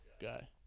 guy